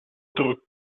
вдруг